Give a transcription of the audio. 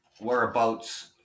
whereabouts